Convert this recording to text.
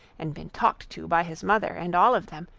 and been talked to by his mother and all of them,